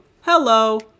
Hello